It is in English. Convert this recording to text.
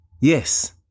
Yes